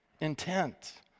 intent